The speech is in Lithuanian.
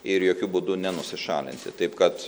ir jokiu būdu nenusišalinti taip kad